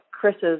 Chris's